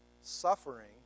Suffering